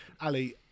Ali